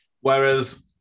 Whereas